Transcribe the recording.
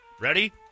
Ready